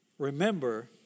Remember